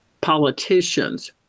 politicians